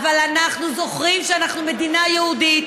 אבל אנחנו זוכרים שאנחנו מדינה יהודית,